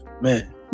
man